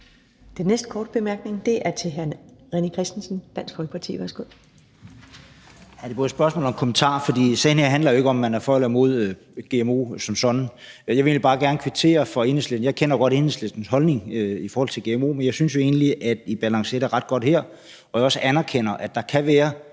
Den næste korte bemærkning er til hr. René Christensen, Dansk Folkeparti. Værsgo. Kl. 14:59 René Christensen (DF): Det er både et spørgsmål og en kommentar. For sagen her handler jo ikke om, om man er for eller imod gmo som sådan. Jeg vil bare gerne kvittere Enhedslisten. Jeg kender godt Enhedslistens holdning til gmo, men jeg synes jo egentlig, at Enhedslisten balancerer det ret godt her og jo også anerkender, at der kan være